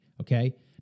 Okay